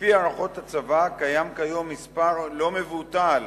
על-פי הערכות הצבא, קיים כיום מספר לא מבוטל